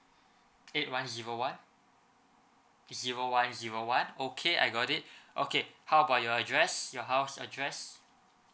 eight one zero one zero one zero one okay I got it okay how about your address your house addresse